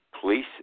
police